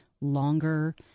longer